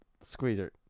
Squeezer